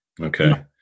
Okay